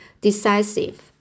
decisive